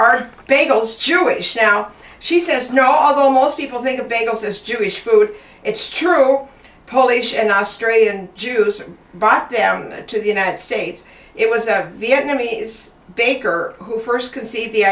are bagels jewish now she says no although most people think of bagels as jewish food it's true polish and australian juice bought down to the united states it was a vietnamese baker who first conceived the